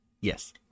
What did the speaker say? Yes